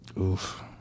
Oof